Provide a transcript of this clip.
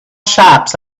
shops